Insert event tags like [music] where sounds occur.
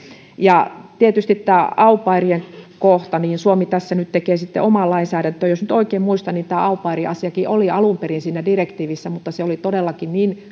tietysti näiden au pairien kohdalla suomi tässä nyt tekee omaa lainsäädäntöään jos nyt oikein muistan tämä au pair asiakin oli alun perin siinä direktiivissä mutta se oli todellakin niin [unintelligible]